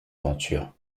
aventure